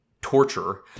torture